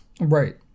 Right